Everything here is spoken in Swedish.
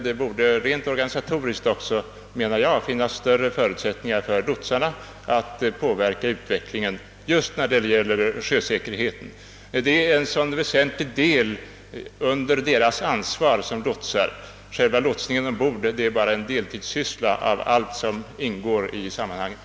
Det borde rent organisatoriskt, menar jag, finnas större förutsättningar för lotsarna att påverka utvecklingen just när det gäller sjösäkerheten. Denna är ju ett så väsentligt inslag i deras ansvar som lotsar — själva lotsningen ombord utgör bara en del av sjösäkerhetsarbetet.